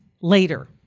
later